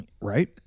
right